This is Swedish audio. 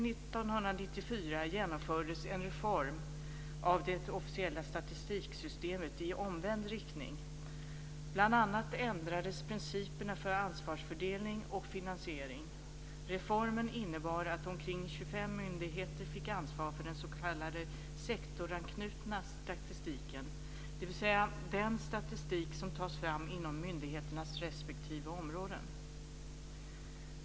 ändrades principerna för ansvarsfördelning och finansiering. Reformen innebar att omkring 25 myndigheter fick ansvar för den s.k. sektorsanknutna statistiken, dvs. den statistik som tas fram inom myndigheternas respektive områden.